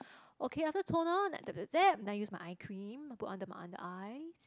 okay after toner dap dap dap then I use my eye cream I put under my under eyes